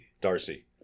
Darcy